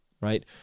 right